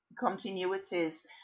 continuities